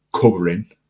covering